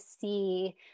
see